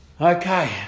Okay